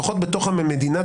לפחות בתוך המדינה,